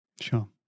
Sure